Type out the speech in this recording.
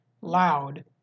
loud